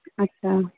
ᱟᱪᱪᱷᱟ